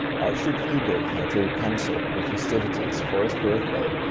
archduke friedrich had to cancel the festivities for his birthday,